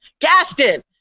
Gaston